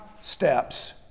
steps